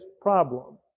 problem